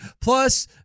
Plus